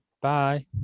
Bye